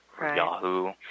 Yahoo